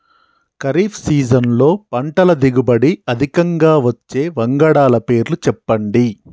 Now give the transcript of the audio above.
ఖరీఫ్ సీజన్లో పంటల దిగుబడి అధికంగా వచ్చే వంగడాల పేర్లు చెప్పండి?